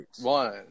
One